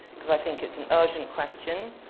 because i think it's an urgent question.